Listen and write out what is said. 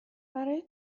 برای